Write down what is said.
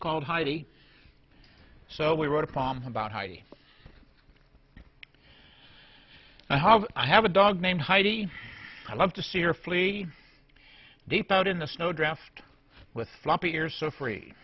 called heidi so we wrote a poem about heidi i have i have a dog named heidi i love to see her flee deep out in the snow draft with floppy ears so free